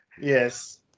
Yes